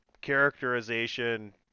characterization